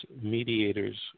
mediators